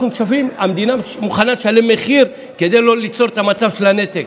המדינה מוכנה לשלם מחיר כדי שלא ליצור את המצב של הנתק.